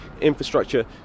infrastructure